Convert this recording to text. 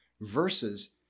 versus